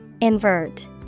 Invert